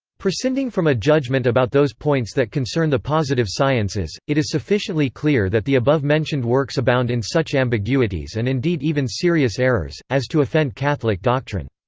prescinding from a judgement about those points that concern the positive sciences, it is sufficiently clear that the above-mentioned works abound in such ambiguities and indeed even serious errors, as to offend catholic doctrine.